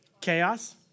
Chaos